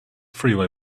freeway